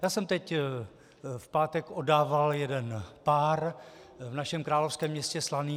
Já jsem teď v pátek oddával jeden pár v našem královském městě Slaný.